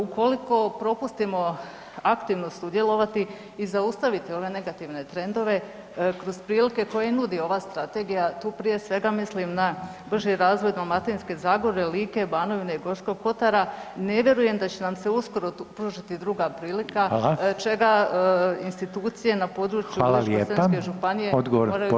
Ukoliko propustimo aktivno sudjelovati i zaustaviti ove negativne trendove kroz prilike koje nudi ova strategija, tu prije svega mislim na brži razvoj Dalmatinske zagore, Like, Banovine i Gorskog kotara, ne vjerujem da će nam se uskoro pružiti druga prilika [[Upadica: Hvala]] čega institucije na području Ličko-senjske županije [[Upadica: Hvala]] moraju biti toga svjesne.